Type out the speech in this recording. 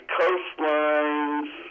coastlines